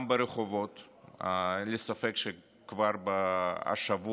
גם ברחובות אין לי ספק שכבר השבוע